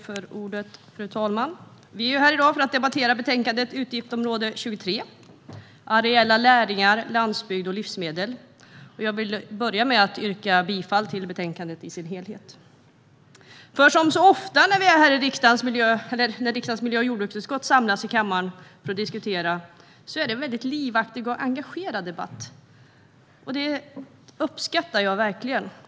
Fru talman! Vi debatterar i dag betänkandet för utgiftsområde 23 Areella näringar, landsbygd och livsmedel. Jag vill börja med att yrka bifall till utskottets förlag i betänkandet. Som så ofta när riksdagens miljö och jordbruksutskott samlas i kammaren för att diskutera blir det en väldigt livaktig och engagerad debatt. Detta uppskattar jag verkligen.